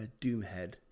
Doomhead